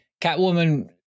Catwoman